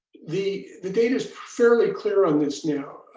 the the data's fairly clear on this now.